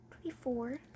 twenty-four